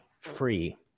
free